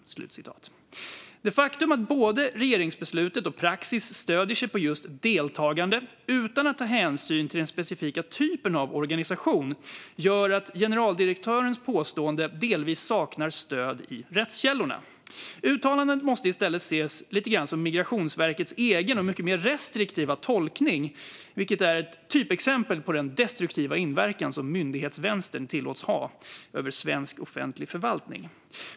Det faktum att både regeringsbeslutet och praxis stöder sig på just deltagande, utan att ta hänsyn till den specifika typen av organisation, gör att generaldirektörens påstående delvis saknar stöd i rättskällorna. Uttalandet måste i stället ses lite grann som Migrationsverkets egen, mycket mer restriktiva tolkning, vilket är ett typexempel på den destruktiva inverkan som myndighetsvänstern tillåts ha över svensk offentlig förvaltning.